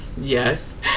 Yes